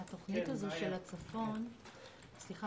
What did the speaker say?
סליחה,